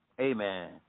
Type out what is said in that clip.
Amen